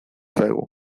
zaigu